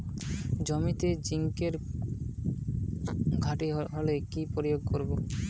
জমিতে জিঙ্কের ঘাটতি হলে কি প্রয়োগ করব?